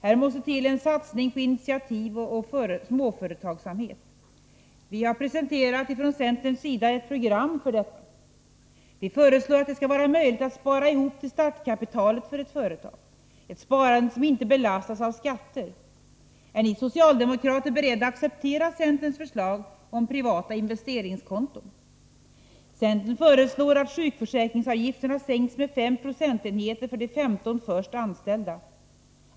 Här måste till en satsning på initiativ och småföretagsamhet. Vi har presenterat konkreta program för detta. Vi föreslår att det skall vara möjligt att spara ihop till startkapitalet för ett företag. Ett sparande som inte belastas av skatter. Är ni socialdemokrater beredda acceptera centerns förslag om privata investeringskonton? Centern föreslår att sjukförsäkringsavgifterna sänks med 5 procentenheter för de 15 först anställda.